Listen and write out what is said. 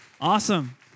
Awesome